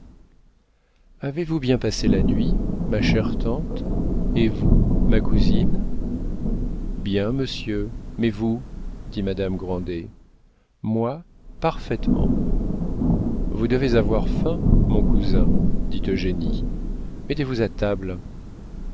avez-vous bien passé la nuit ma chère tante et vous ma cousine bien monsieur mais vous dit madame grandet moi parfaitement vous devez avoir faim mon cousin dit eugénie mettez-vous à table